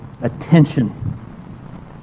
attention